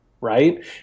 right